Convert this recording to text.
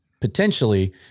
potentially